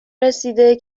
رسیده